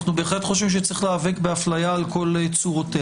אנחנו בהחלט חושבים שצריך להיאבק בהפליה על כל צורותיה.